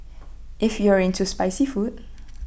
if you are into spicy food